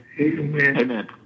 Amen